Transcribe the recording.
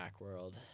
Macworld